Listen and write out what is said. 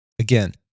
Again